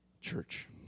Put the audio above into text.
church